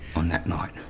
on that night.